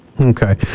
Okay